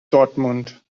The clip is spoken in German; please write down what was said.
dortmund